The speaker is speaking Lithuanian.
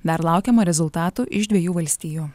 dar laukiama rezultatų iš dviejų valstijų